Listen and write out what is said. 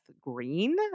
Green